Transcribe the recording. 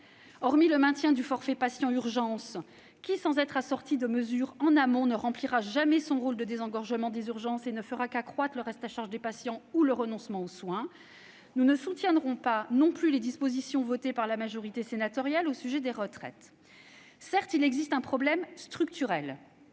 plus le maintien du forfait patient urgences (FPU) qui, sans être assorti de mesures en amont, ne remplira jamais son rôle de désengorgement des urgences et ne fera qu'accroître le reste à charge des patients ou le renoncement aux soins, nous ne soutiendrons les dispositions votées par la majorité sénatoriale au sujet des retraites. Certes, il existe un problème structurel,